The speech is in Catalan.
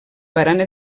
barana